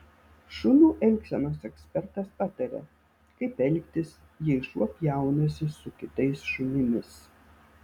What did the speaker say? šunų elgsenos ekspertas pataria kaip elgtis jei šuo pjaunasi su kitais šunimis